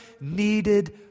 needed